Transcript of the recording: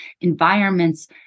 environments